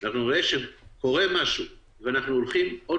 אנחנו נראה שקורה משהו ושאנחנו הולכים בעוד